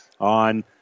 on